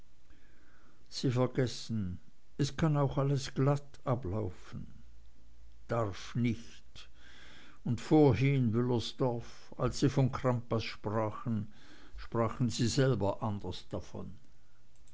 sie vergessen es kann auch alles glatt ablaufen darf nicht und vorhin wüllersdorf als sie von crampas sprachen sprachen sie selber anders davon